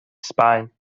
sbaen